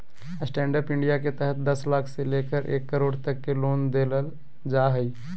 stand up India के तहत दस लाख से लेकर एक करोड़ तक के लोन देल जा हइ